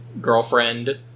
girlfriend